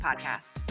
Podcast